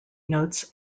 notes